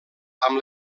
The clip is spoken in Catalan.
amb